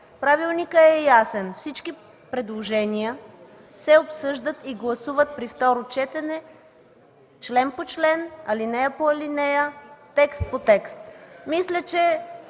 правилникът е ясен – всички предложения се обсъждат и гласуват при второ четене, член по член, алинея по алинея, текст по текст.